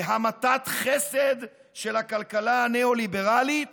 להמתת חסד של הכלכלה הניאו-ליברלית